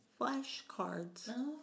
flashcards